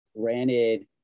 granted